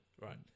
Right